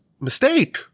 mistake